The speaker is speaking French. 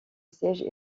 siège